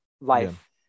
life